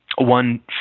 one